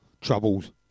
troubles